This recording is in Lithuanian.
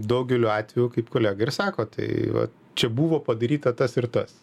daugeliu atveju kaip kolega ir sako tai va čia buvo padaryta tas ir tas